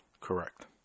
Correct